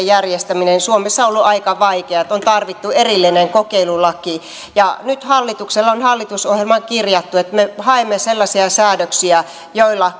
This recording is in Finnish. järjestäminen suomessa on ollut aika vaikeaa että on tarvittu erillinen kokeilulaki nyt hallituksella on hallitusohjelmaan kirjattu että me haemme sellaisia säädöksiä joilla